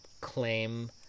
claim